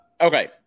Okay